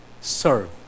serve